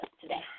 today